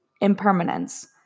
impermanence